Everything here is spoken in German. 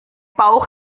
bauch